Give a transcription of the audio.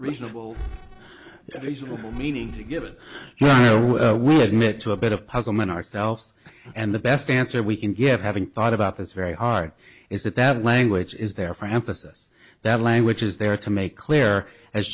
reasonable reasonable meaning to give it we admit to a bit of puzzlement ourselves and the best answer we can give having thought about this very hard is it that language is there for emphasis that language is there to make clear as